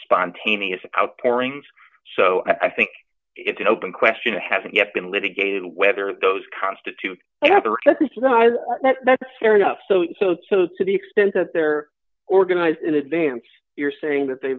spontaneous outpouring so i think it's an open question hasn't yet been litigated whether those constitute either that's fair enough so so so to the extent that they're organized in advance you're saying that they